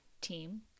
team